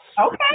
Okay